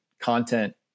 content